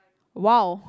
!wow!